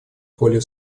более